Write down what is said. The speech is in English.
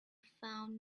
found